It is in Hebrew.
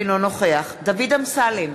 אינו נוכח דוד אמסלם,